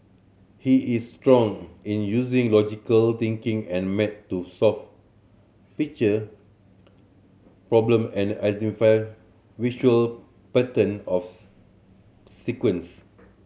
he is strong in using logical thinking and maths to solve picture problem and identify visual pattern sequence